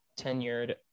tenured